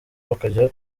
bakajya